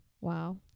Wow